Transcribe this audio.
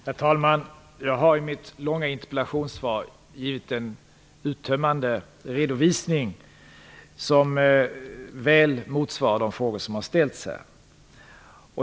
Herr talman! Jag har i mitt långa interpellationssvar gett en uttömmande redovisning som väl motsvarar de frågor som har ställts här.